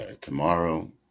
tomorrow